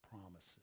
promises